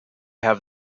have